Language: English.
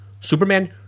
Superman